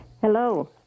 Hello